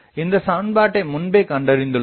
இந்த சமன்பாட்டை முன்பே கண்டறிந்துள்ளோம்